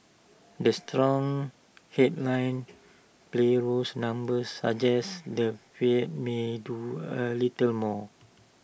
the strong headline play rolls numbers suggest the fed may do A little more